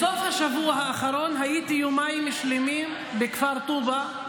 בסוף השבוע האחרון הייתי יומיים שלמים בכפר טובא.